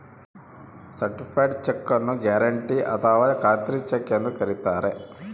certified cheque ನ್ನು guarantee ಅಥಾವ ಖಾತ್ರಿ ಚೆಕ್ ಎಂದು ಕರಿತಾರೆ